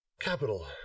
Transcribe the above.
Capital